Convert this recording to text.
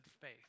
faith